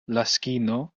laskino